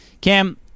Cam